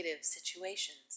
situations